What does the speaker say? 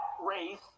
race